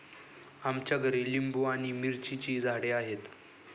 आमच्या घरी लिंबू आणि मिरचीची झाडे आहेत